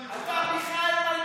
אותנו?